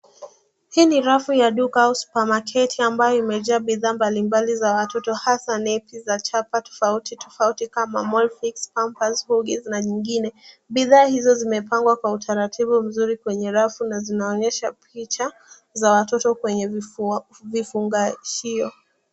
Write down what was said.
Hii ni rafu ya duka au supermarket ambayo imejaa bidhaa mbali mbali za watoto hasa nepi za chapa tofauti tofauti kama Molfix, pampers, huggies na nyingine. Bidhaa hizo zimepangwa kwa utaratibu vizuri kwenye rafu na zinaonyesha picha za watoto kwenye vifungashio.